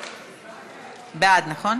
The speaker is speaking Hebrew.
בעד, נכון?